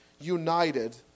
united